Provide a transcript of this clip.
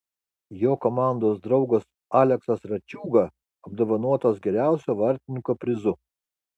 jo komandos draugas aleksas rečiūga apdovanotas geriausio vartininko prizu